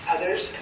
Others